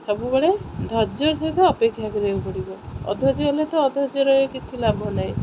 ସବୁବେଳେ ଧୈର୍ଯ୍ୟ ସହିତ ଅପେକ୍ଷା କରିବାକୁ ପଡ଼ିବ ଅଧୈର୍ଯ୍ୟ ହେଲେ ତ ଅଧୈର୍ଯ୍ୟରେ କିଛି ଲାଭ ନାହିଁ